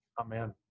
Amen